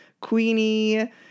Queenie